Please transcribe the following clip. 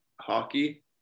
hockey